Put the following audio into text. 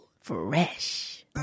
Fresh